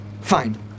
Fine